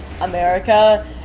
America